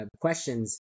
questions